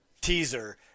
teaser